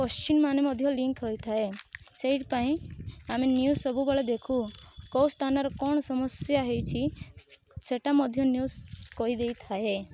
question ମାନେ ମଧ୍ୟ link ହୋଇଥାଏ ସେଇଥିପାଇଁ ଆମେ ନିଉଜ ସବୁବେଳେ ଦେଖୁ କେଉଁ ସ୍ଥାନରେ କ'ଣ ସମସ୍ୟା ହେଇଛି ସେଇଟା ମଧ୍ୟ ନିଉଜ କହିଦେଇଥାଏ